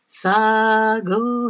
sago